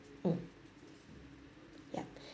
mm yup